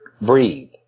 breathe